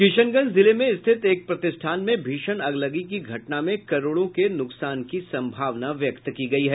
किशनगंज जिले में स्थित एक प्रतिष्ठान में भीषण अगलगी की घटना में करोड़ों के नुकसान की संभावना व्यक्त की गयी है